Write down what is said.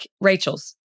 Rachel's